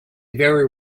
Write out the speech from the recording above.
very